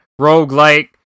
roguelike